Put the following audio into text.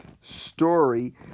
story